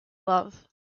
love